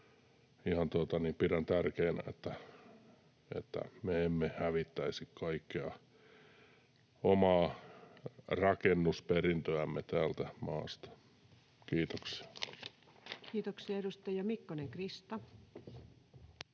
ihan tärkeänä, että me emme hävittäisi kaikkea omaa rakennusperintöämme tästä maasta. — Kiitoksia. [Speech 189] Speaker: